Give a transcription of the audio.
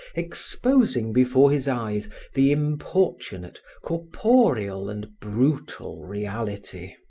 exposing before his eyes the importunate, corporeal and brutal reality.